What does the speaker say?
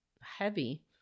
heavy